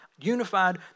unified